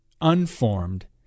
unformed